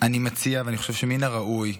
אני מציע, ואני חושב שמן הראוי,